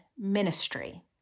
ministry